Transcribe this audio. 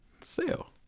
Sell